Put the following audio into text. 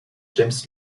james